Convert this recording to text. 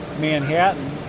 manhattan